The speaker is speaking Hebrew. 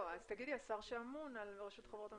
השר שאמון על רשות החברות הממשלתיות.